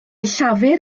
llafur